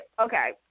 Okay